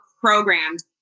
programmed